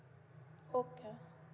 okay